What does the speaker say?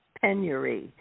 penury